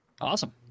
Awesome